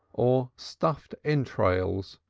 or stuffed entrails,